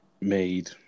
made